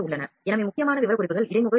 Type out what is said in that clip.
எனவே முக்கியமான விவரக்குறிப்புகள் இடைமுகம் யூ